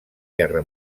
guerra